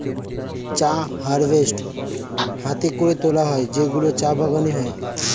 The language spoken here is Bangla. চা হারভেস্ট হাতে করে তোলা হয় যেগুলো চা বাগানে হয়